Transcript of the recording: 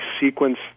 sequence